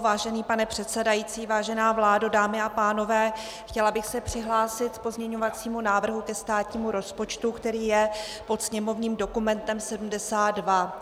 Vážený pane předsedající, vážená vládo, dámy a pánové, chtěla bych se přihlásit k pozměňovacímu návrhu ke státnímu rozpočtu, který je pod sněmovním dokumentem 72.